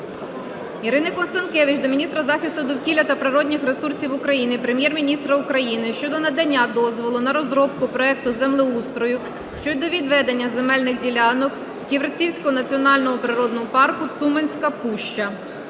Ірини Констанкевич до міністра захисту довкілля та природних ресурсів України, Прем'єр-міністра України щодо надання дозволу на розробку проекту землеустрою щодо відведення земельних ділянок Ківерцівському національному природному парку "Цуманська пуща".